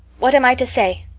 what am i to say?